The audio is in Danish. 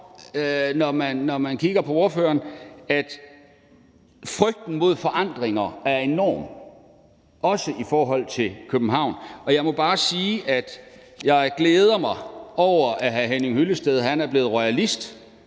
når man kigger på ordføreren, som om frygten for forandringer er enorm, også i forhold til København. Jeg må bare sige, at jeg glæder mig over, at hr. Henning Hyllested er blevet royalist